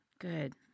Good